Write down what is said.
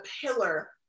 pillar